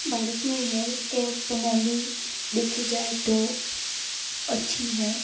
भारत में health care प्रणाली देखी जाए तो अच्छी है